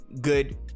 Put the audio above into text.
good